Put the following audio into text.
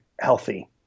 healthy